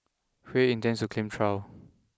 Hui intends to claim trial